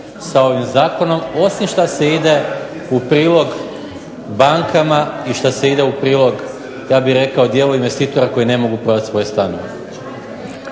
sa ovim zakonom osim što se ide u prilog bankama i šta se ide u prilog ja bih rekao dijelu investitora koji ne mogu prodati svoje stanove.